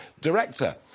Director